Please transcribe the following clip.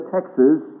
Texas